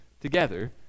together